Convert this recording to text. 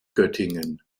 göttingen